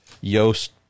Yost